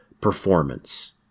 performance